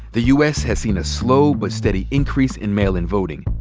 the u. s. has seen a slow but steady increase in mail-in voting.